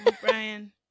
Brian